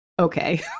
okay